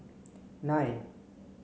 nine